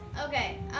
Okay